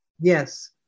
Yes